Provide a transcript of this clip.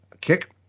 kick